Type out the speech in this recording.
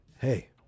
hey